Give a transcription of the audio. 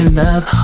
love